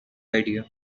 idea